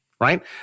right